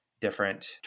different